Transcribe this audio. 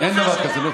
אין דבר כזה.